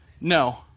No